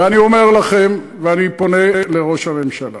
ואני אומר לכם, ואני פונה לראש הממשלה: